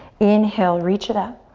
inhale, reach it up.